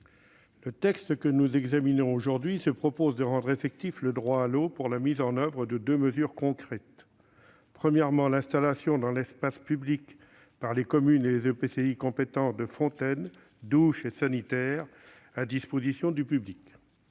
le texte que nous examinons se propose de rendre effectif le « droit à l'eau » par la mise en oeuvre de deux mesures concrètes : premièrement, l'installation dans l'espace public par les communes et les EPCI compétents de fontaines, douches et sanitaires à disposition du public